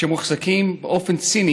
שמוחזקים באופן ציני